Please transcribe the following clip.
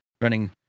running